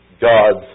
God's